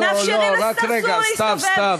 מאפשרים לסרסור להסתובב.